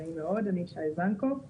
נעים מאוד, אני שי זנקו,